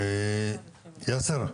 יאסר,